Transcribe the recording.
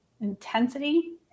intensity